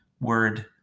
word